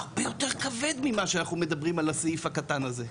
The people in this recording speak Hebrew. הרבה יותר כבד ממה שאנחנו מדברים על הסעיף הקטן הזה,